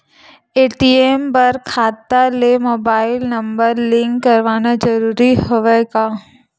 ATM बर खाता ले मुबाइल नम्बर लिंक करवाना ज़रूरी हवय का?